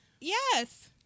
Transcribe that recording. Yes